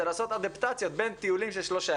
זה לעשות אדפטציות בין טיולים של שלושה